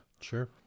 Sure